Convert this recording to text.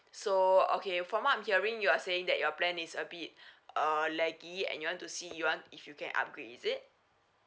so okay from what I'm hearing you are saying that your plan is a bit err laggy and you want to see you want if you can upgrade is it